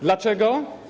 Dlaczego?